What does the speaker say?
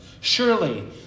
Surely